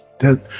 then,